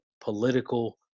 political